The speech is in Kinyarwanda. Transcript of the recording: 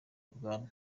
ubwami